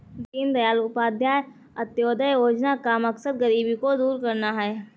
दीनदयाल उपाध्याय अंत्योदय योजना का मकसद गरीबी को दूर करना है